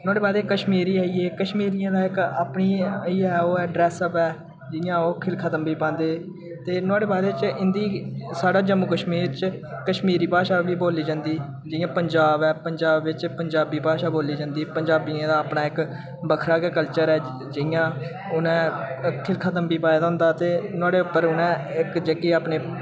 नोहाड़े बाद कश्मीरिये आई गे कश्मीरियें दा इक अपनी ओह् ऐ ड्रेसउप ऐ जियां ओह् खिल खतंबी पांदे ते नोआड़े बाद च इं'दी स्हाड़ा जम्मू कश्मीर च कश्मीरी भाशा बी बोली जंदी जियां पंजाब ऐ पंजाब बिच्च पंजाबी भाशा बोली जंदी पंजाबियें दा अपना इक बक्खरा गै कल्चर ऐ जियां उ'नें खिल खतंबी पाए दा होंदा ते नोआड़े उप्पर उ'नें इक जेह्की अपनी